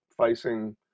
facing